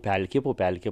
pelkė po pelkę